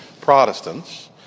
Protestants